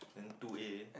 then two A